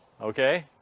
Okay